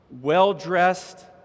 well-dressed